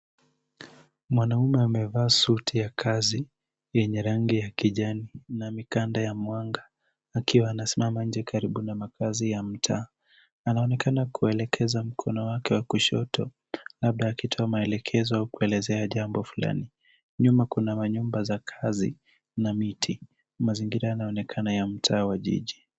Mwanaume amevaa suti ya kazi yenye rangi ya kijani na mikanda ya mwanga akiwa amesimama nje karibu na makaazi ya mtaa. Anaonekana kuelekeza mkono wake wa kushoto labda akitoa maelekezo au kuelezea jambo fulani. Nyuma yake kuna manyumba za kazi na miti. Mazingira yanaonekana ya mtaa wa jiji.